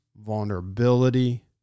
vulnerability